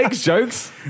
jokes